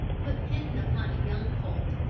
put kenton upon a young colt,